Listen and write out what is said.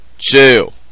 chill